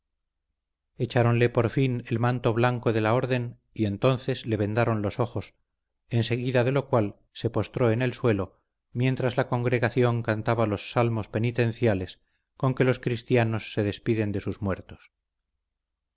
adorno echáronle por fin el manto blanco de la orden y entonces le vendaron los ojos enseguida de lo cual se postró en el suelo mientras la congregación cantaba los salmos penitenciales con que los cristianos se despiden de sus muertos